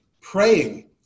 praying